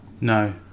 No